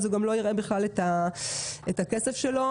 הוא גם לא יראה את הכסף שלו.